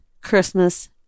Christmas